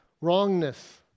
wrongness